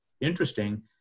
interesting